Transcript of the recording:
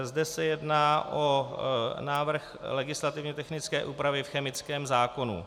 Zde se jedná o návrh legislativně technické úpravy v chemickém zákonu.